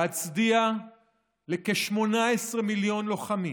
להצדיע לכ-18 מיליון לוחמים,